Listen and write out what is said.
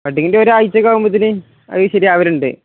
ബഡ്ഡിങ്ങിൻ്റെ ഒരാഴ്ചയൊക്കെ ആകുമ്പോഴേക്കും അത് ശരിയാകാറുണ്ട്